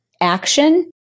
action